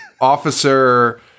officer